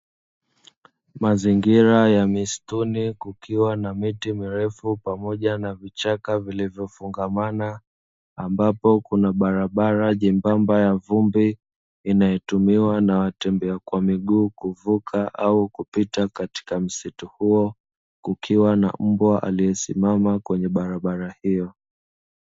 Mazingira ya misituni kukiwa na miti mirefu pamoja na vichaka vilivofungamana, ambapo kuna barabara jembamba ya vumbi. Inayotumiwa na watembea kwa miguu, kuvuka au kupita katika msitu huo. Kukiwa na mbwa aliyesimama kwenye barabara hiyo.